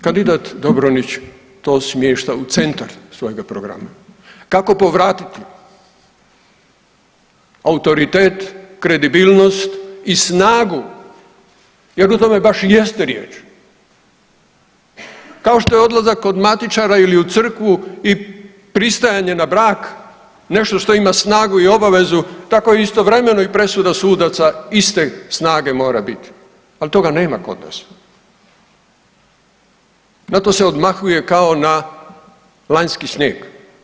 Kandidat Dobronić to smješta u centar svojega programa, kako povratiti autoritet, kredibilnost i snagu jer o tome baš i jeste riječ, kao što je odlazak kod matičara i crkvu i pristajanje na brak nešto što ima snagu i obavezu tako istovremeno i presuda sudaca iste snage mora bit, ali toga nema kod nas, na to se odmahuje kao na lanjski snijeg.